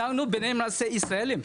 אנחנו בני מנשה ישראליים".